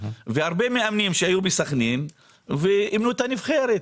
הרבה מאמנים שהיו בסכנין אימנו את הנבחרת.